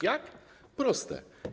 Jak? Proste.